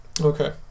Okay